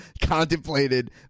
contemplated